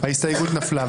ההסתייגות נפלה.